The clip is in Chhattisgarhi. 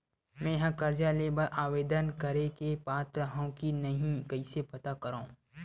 मेंहा कर्जा ले बर आवेदन करे के पात्र हव की नहीं कइसे पता करव?